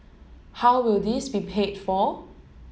how will this be paid for